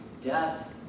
death